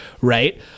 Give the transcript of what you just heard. right